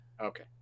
Okay